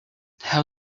how